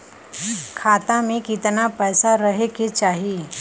खाता में कितना पैसा रहे के चाही?